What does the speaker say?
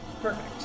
perfect